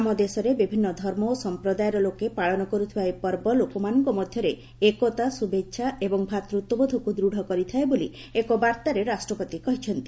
ଆମ ଦେଶରେ ବିଭିନ୍ନ ଧର୍ମ ଓ ସଂପ୍ରଦାୟର ଲୋକେ ପାଳନ କରୁଥିବା ଏହି ପର୍ବ ଲୋକମାନଙ୍କ ମଧ୍ୟରେ ଏକତା ଶୁଭେଚ୍ଛା ଏବଂ ଭାତୃତ୍ୱବୋଧକୁ ଦୃଢ଼ କରିଥାଏ ବୋଲି ଏକ ବାର୍ତ୍ତାରେ ରାଷ୍ଟ୍ରପତି କହିଚ୍ଚନ୍ତି